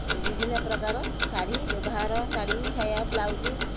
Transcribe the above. ବିଭିନ୍ନ ପ୍ରକାର ଶାଢ଼ୀ ବ୍ୟବହାର ଶାଢ଼ୀ ସାୟା ବ୍ଲାଉଜ୍